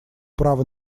право